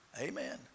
amen